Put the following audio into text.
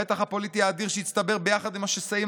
המתח הפוליטי האדיר שהצטבר ביחד עם השסעים